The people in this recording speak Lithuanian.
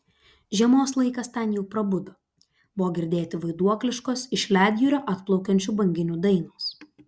žiemos laikas ten jau prabudo buvo girdėti vaiduokliškos iš ledjūrio atplaukiančių banginių dainos